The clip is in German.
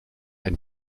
ein